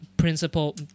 principal